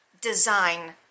design